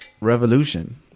revolution